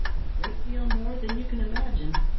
a great deal more than you can imagine.